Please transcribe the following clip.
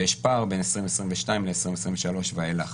ויש פער בין 2022 לבין 2023 ואילך.